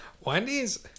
Wendy's